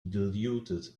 diluted